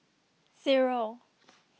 Zero